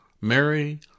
Mary